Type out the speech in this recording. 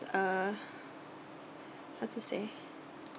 uh how to say